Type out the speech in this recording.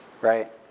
Right